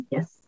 Yes